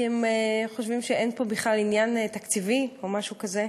כי הם חושבים שאין פה בכלל עניין תקציבי או משהו כזה.